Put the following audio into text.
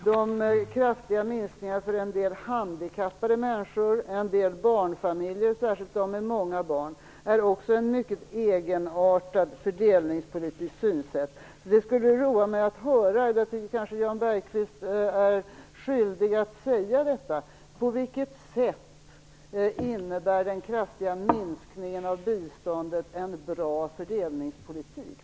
De kraftiga minskningarna för en del handikappade människor och för en del barnfamiljer - särskilt de med många barn - tyder också på ett mycket egenartat fördelningspolitiskt synsätt. Det skulle roa mig att höra, och jag tycker kanske att Jan Bergqvist är skyldig att säga det, på vilket sätt den kraftiga minskningen av biståndet innebär en god fördelningspolitik.